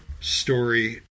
Story